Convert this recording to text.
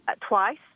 twice